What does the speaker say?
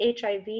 HIV